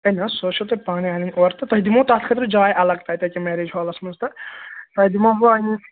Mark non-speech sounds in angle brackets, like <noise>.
ہے نہٕ حظ سۄ حظ چھُو تۄہہِ پانَے اَنٕنۍ اورٕ تہٕ تۄہہِ دِمو تَتھ خٲطرٕ جاے الگ تَتہِ أکیٛاہ مٮ۪ریج ہالَس منٛز تہٕ تۄہہِ دِمو <unintelligible>